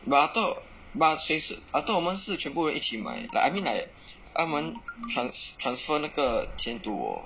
but I thought but 水是 I thought 我们是全部人一起买 like I mean like 他们 trans~ transfer 那个钱 to 我